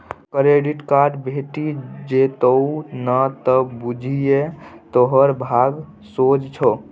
credit card भेटि जेतउ न त बुझिये तोहर भाग सोझ छौ